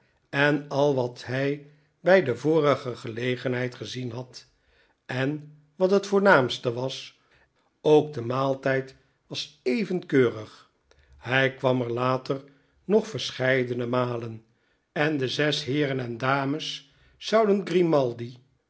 en al wat hij bij de vorige gelegenheid gezien had en wat het voornaamste was ook de maaltijd was even keurig hij kwam er later nog verscheidene malen en de zes heeren en dames zouden grimaldi